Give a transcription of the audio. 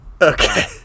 Okay